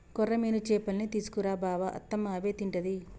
కొర్రమీను చేపల్నే తీసుకు రా బావ అత్తమ్మ అవే తింటది